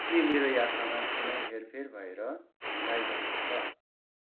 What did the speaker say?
के मेरो यात्रामा कुनै हेरफेर भएर ढिलाइ भएको छ